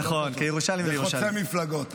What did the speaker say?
זה חוצה מפלגות.